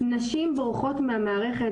נשים בורחות מהמערכת.